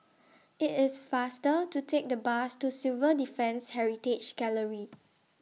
IT IS faster to Take The Bus to Civil Defence Heritage Gallery